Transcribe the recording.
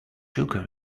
sugar